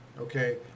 Okay